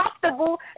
comfortable